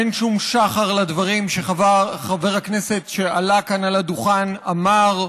אין שום שחר לדברים שחבר הכנסת שעלה כאן על הדוכן אמר.